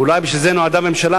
ואולי בשביל זה נועדה הממשלה,